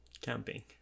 camping